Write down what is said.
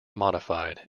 modified